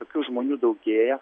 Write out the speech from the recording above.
tokių žmonių daugėja